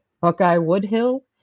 Buckeye-Woodhill